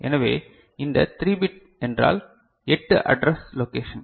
எனவே இந்த 3 பிட் என்றால் 8 அட்ரஸ் லொகேஷன்